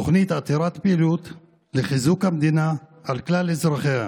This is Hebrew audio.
תוכנית עתירת פעילות לחיזוק המדינה על כלל אזרחיה.